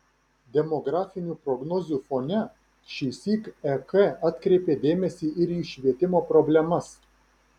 demografinių prognozių fone šįsyk ek atkreipė dėmesį ir į švietimo problemas